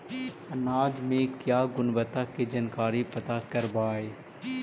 अनाज मे क्या गुणवत्ता के जानकारी पता करबाय?